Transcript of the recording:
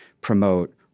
promote